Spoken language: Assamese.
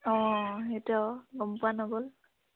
অঁ সেইটো আকৌ গ'ম পোৱা নগ'ল